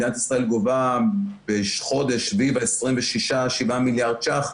מדינת ישראל גובה בחודש סביב ה-27-26 מיליארד שקלים.